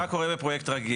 זה היה קורה בפרויקט רגיל.